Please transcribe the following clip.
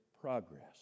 progress